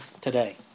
today